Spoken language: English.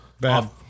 Bad